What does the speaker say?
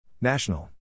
National